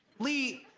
lee,